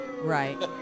Right